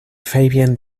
fabian